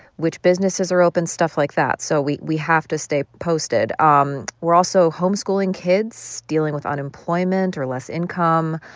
which businesses are open? stuff like that. so we we have to stay posted. um we're also homeschooling kids, dealing with unemployment or less income,